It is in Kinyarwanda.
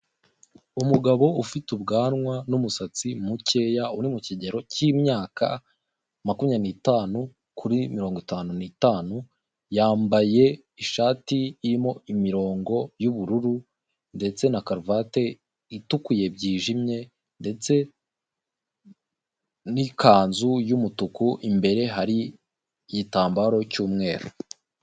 Umugabo ufite ubwanwa n'umusatsi mukeya uri mu kigero cy'imyaka makumya nitanu kuri mirongo itanu n'tanu yambaye ishati irimo imirongo y'ubururu, ndetse na karuvati itukuye byijimye, ndetse n'ikanzu y'umutuku imbere hari igitambaro cy'umweru.